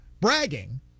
bragging